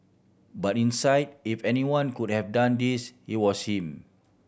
but in sight if anyone could have done this it was him